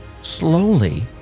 slowly